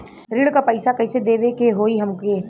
ऋण का पैसा कइसे देवे के होई हमके?